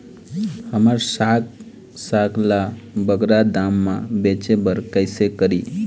हमर साग साग ला बगरा दाम मा बेचे बर कइसे करी?